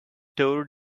tore